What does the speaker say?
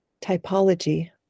Typology